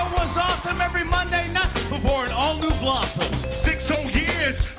awesome every monday night before an all new blossom six whole years